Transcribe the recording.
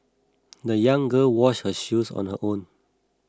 the young girl washed her shoes on her own